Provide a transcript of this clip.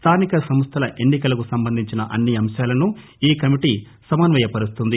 స్థానిక సంస్థల ఎన్పి కలకు సంబంధించిన అన్ని అంశాలను ఈ కమిటీ సమన్వయపరుస్తుంది